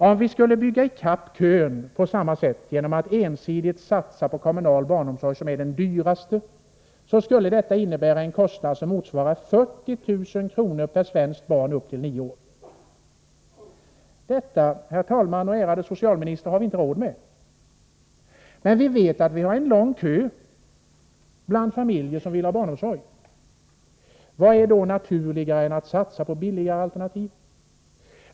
Om vi skulle bygga i kapp kön på samma sätt, genom att ensidigt satsa på kommunal barnomsorg, som är den dyraste formen, skulle detta innebära en kostnad som motsvarar 40 000 kr. per svenskt barn upp till nio år. Detta, herr talman, och ärade socialminister, har vi inte råd med. Men vi vet att vi har en lång kö bland familjer som vill ha barnomsorgen. Vad är då naturligare än att satsa på billigare alternativ?